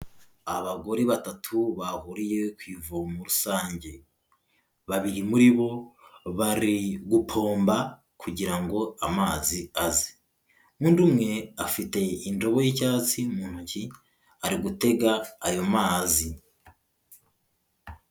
Abagore batatu bahuriye ku ivomo rusange babiri muri bo bari gupomba kugira ngo amazi aze undi umwe afite indobo y'icyatsi mu ntoki ari gutega ayo mazi.